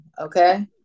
Okay